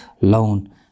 loan